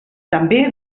també